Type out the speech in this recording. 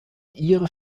ihr